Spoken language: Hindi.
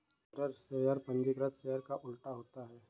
बेयरर शेयर पंजीकृत शेयर का उल्टा होता है